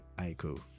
Aiko